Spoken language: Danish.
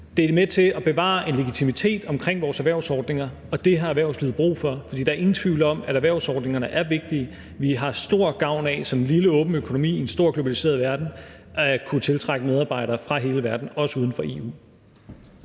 Det er med til at bevare en legitimitet omkring vores erhvervsordninger, og det har erhvervslivet brug for, for der er ingen tvivl om, at erhvervsordningerne er vigtige. Vi har som en lille åben økonomi i en stor, globaliseret verden stor gavn af at kunne tiltrække medarbejdere fra hele verden, også uden for EU.